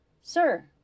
Sir